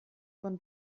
von